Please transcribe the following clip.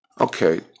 Okay